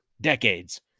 decades